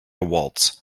waltz